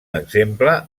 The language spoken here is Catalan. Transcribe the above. exemple